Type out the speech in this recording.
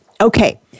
Okay